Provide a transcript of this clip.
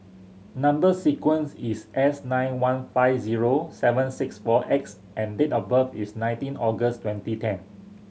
number sequence is S nine one five zero seven six four X and date of birth is nineteen August twenty ten